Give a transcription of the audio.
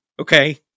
Okay